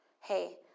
hey